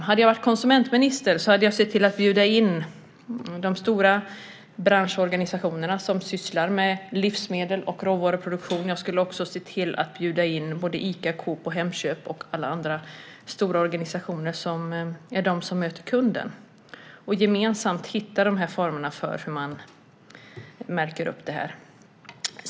Hade jag varit konsumentminister hade jag sett till att bjuda in de stora branschorganisationerna som sysslar med livsmedels och råvaruproduktion. Jag skulle också se till att bjuda in Ica, Coop, Hemköp och alla andra stora organisationer som är de som möter kunden för att gemensamt hitta former för märkning.